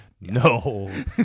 No